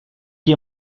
qui